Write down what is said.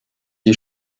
die